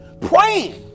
praying